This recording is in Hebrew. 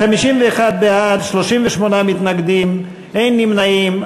51 בעד, 38 מתנגדים ואין נמנעים.